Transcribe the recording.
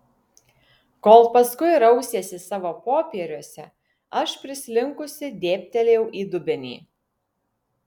kol paskui rausėsi savo popieriuose aš prislinkusi dėbtelėjau į dubenį